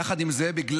יחד עם זאת,